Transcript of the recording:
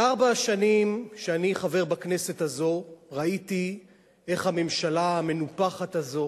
בארבע השנים שאני חבר בכנסת הזאת ראיתי איך הממשלה המנופחת הזאת